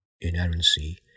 inerrancy